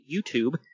YouTube